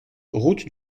route